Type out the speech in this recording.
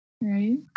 Right